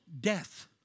death